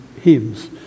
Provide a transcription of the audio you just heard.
hymns